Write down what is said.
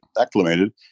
acclimated